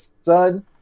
son